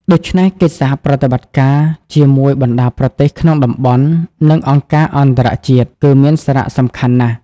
ដូច្នេះ កិច្ចសហប្រតិបត្តិការជាមួយបណ្តាប្រទេសក្នុងតំបន់ និងអង្គការអន្តរជាតិ គឺមានសារៈសំខាន់ណាស់។